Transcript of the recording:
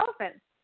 elephants